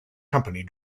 company